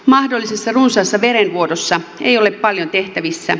mahdollisessa runsaassa verenvuodossa ei ole paljon tehtävissä